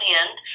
end